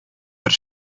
бер